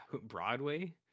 Broadway